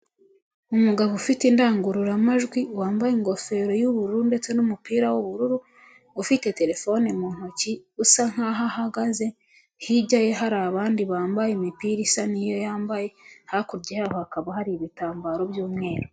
Umugabo ufite indangururamajwi, wambaye ingofero y'ubururu ndetse n'umupira w'ubururu, ufite terefone mu ntoki, usa nkaho ahagaze, hirya ye hari abandi bambaye imipira isa n'iyo yambaye, hakurya yaho hakaba hari ibitambaro by'umweru.